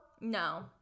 No